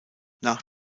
nach